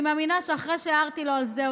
אני מאמינה שאחרי שהערתי לו על זה,